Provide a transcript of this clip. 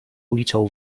ulicą